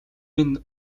минь